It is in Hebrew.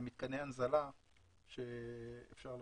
מתקני הנזלה שאפשר להעביר.